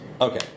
Okay